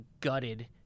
gutted